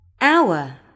Hour